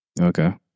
Okay